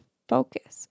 focus